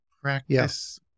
practice